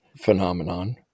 phenomenon